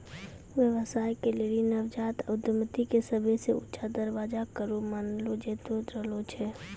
व्यवसाय के लेली नवजात उद्यमिता के सभे से ऊंचा दरजा करो मानलो जैतो रहलो छै